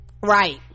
right